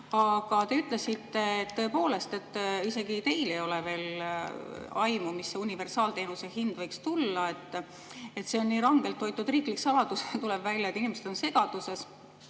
Aga te ütlesite, et tõepoolest, isegi teil ei ole veel aimu, milline see universaalteenuse hind võiks tulla, see on nii rangelt hoitud riiklik saladus, tuleb välja. Inimesed on segaduses.